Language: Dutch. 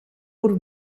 wordt